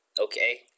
okay